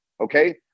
okay